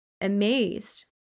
amazed